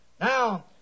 Now